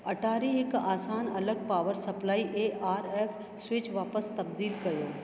अटारी हिकु आसान अलॻि पॉवर सप्लाई ऐं आरएफ स्विच वापिसि तबदीलु कयो